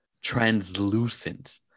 translucent